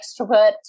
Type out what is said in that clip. extrovert